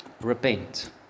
Repent